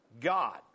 God